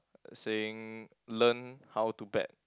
saying learn how to bet